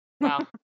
wow